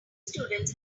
students